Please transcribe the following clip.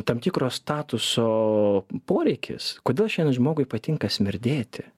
tam tikro statuso poreikis kodėl šiandien žmogui patinka smirdėti